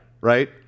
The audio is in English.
Right